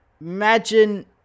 Imagine